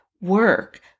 work